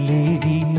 Lady